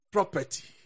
Property